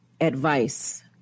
advice